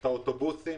את האוטובוסים,